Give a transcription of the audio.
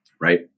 right